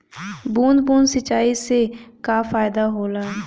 बूंद बूंद सिंचाई से का फायदा होला?